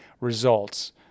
results